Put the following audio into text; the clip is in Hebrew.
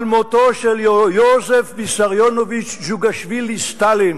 על מותו של יוזף ויסריונוביץ' ג'וגשווילי סטלין,